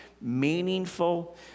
meaningful